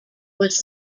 was